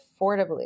affordably